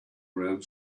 around